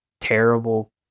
terrible